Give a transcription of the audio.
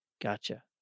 Gotcha